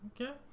Okay